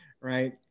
right